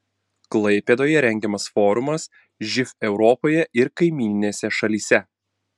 klaipėdoje rengiamas forumas živ europoje ir kaimyninėse šalyse